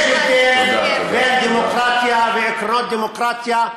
יש הבדל בין דמוקרטיה, ועקרונות דמוקרטיה,